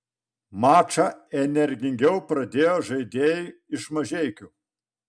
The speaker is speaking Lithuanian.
mačą energingiau pradėjo žaidėjai iš mažeikių